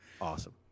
awesome